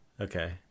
okay